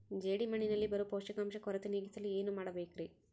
ಜೇಡಿಮಣ್ಣಿನಲ್ಲಿ ಬರೋ ಪೋಷಕಾಂಶ ಕೊರತೆ ನೇಗಿಸಲು ಏನು ಮಾಡಬೇಕರಿ?